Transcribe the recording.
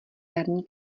jarní